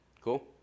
Cool